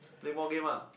play more game lah